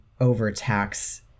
overtax